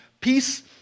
Peace